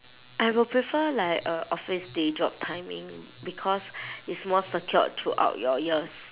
I will prefer like a office day job timing because it's more secured throughout your years